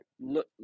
look